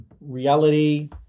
reality